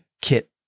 kit